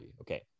Okay